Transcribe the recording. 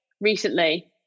recently